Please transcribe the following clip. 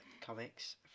comics